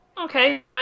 okay